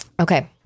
Okay